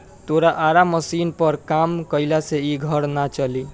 तोरा आरा मशीनी पर काम कईला से इ घर ना चली